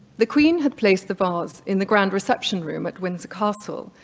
the queen had placed the vase in the grand reception room at windsor castle,